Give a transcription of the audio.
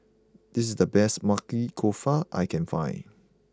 this is the best Maili Kofta I can find